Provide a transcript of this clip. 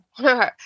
Okay